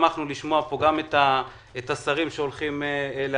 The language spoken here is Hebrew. שמחנו לשמוע פה גם את השרים שהולכים להשקיע